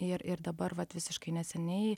ir ir dabar vat visiškai neseniai